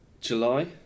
July